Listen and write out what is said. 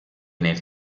nel